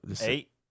Eight